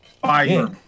Fire